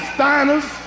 Steiners